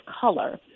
color